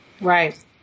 Right